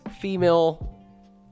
female